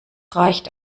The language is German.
reicht